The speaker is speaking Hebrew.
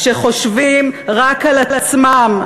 שחושבים רק על עצמם",